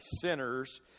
sinners